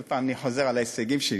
כל פעם אני חוזר על ההישגים שלי.